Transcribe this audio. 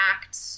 act